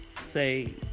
say